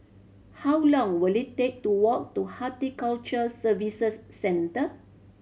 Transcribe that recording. how long will it take to walk to Horticulture Services Centre